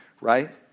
right